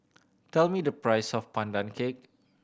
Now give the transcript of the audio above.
tell me the price of Pandan Cake